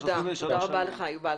תודה רבה לך, יובל.